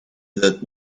that